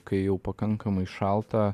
kai jau pakankamai šalta